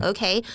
Okay